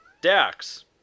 Dax